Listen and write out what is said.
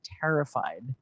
terrified